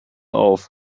auf